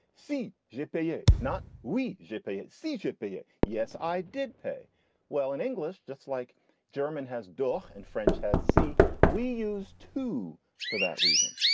see gpa. not we. jp cgp. yes, i did pay well in english. just like german has done in french. has see we used to for that reason.